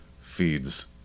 feeds